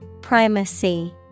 Primacy